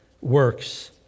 works